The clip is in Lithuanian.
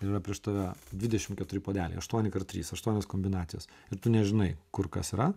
yra prieš tave dvidešimt keturi puodeliai aštuoni kart trys aštuonios kombinacijos ir tu nežinai kur kas yra